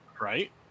Right